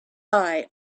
eye